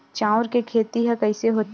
चांउर के खेती ह कइसे होथे?